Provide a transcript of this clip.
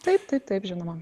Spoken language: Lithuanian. taip taip taip žinoma